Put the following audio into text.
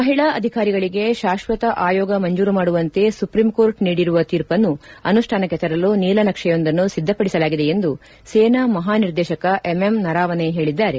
ಮಹಿಳಾ ಅಧಿಕಾರಿಗಳಿಗೆ ಶಾಶ್ವತ ಆಯೋಗ ಮಂಜೂರು ಮಾಡುವಂತೆ ಸುಪ್ರೀಂಕೋರ್ಟ್ ನೀಡಿರುವ ತೀರ್ಪನ್ನು ಅನುಷ್ಠಾನಕ್ಕೆ ತರಲು ನೀಲನಕ್ಷೆಯೊಂದನ್ನು ಸಿದ್ದಪದಿಸಲಾಗಿದೆ ಎಂದು ಸೇನಾ ಮಹಾನಿರ್ದೇಶಕ ಎಂಎಂ ನರವನೆ ಹೇಳಿದ್ದಾರೆ